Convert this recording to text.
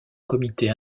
comité